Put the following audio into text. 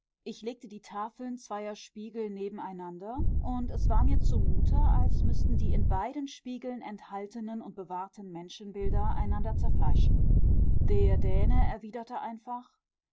ich legte die tafeln zweier spiegel widereinander und es war mir zumute als müßten die in beiden spiegeln enthaltenen und bewahrten menschenbilder einander zerfleischen der däne erwiderte einfach